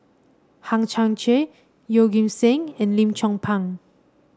Hang Chang Chieh Yeoh Ghim Seng and Lim Chong Pang